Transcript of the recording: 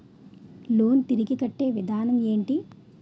Loan తిరిగి కట్టే విధానం ఎంటి?